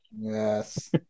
yes